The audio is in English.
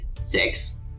six